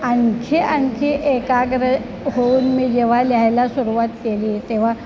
आणखी आणखी एकाग्र होऊन मी जेव्हा लिहायला सुरवात केली तेव्हा